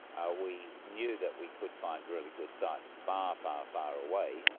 ah we knew that we could find really good sites far, far, far away,